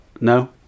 No